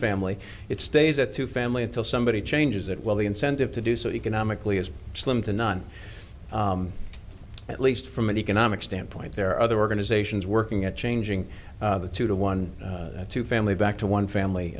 family it stays at two family until somebody changes it while the incentive to do so economically is slim to none at least from an economic standpoint there are other organizations working at changing the two to one to family back to one family